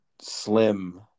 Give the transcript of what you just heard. slim